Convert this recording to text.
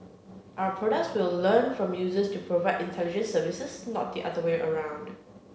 our products will learn from users to provide intelligent services not the other way around